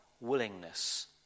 willingness